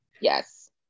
Yes